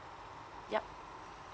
yup